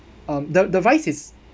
um the the rice is